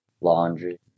laundry